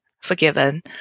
forgiven